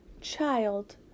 Child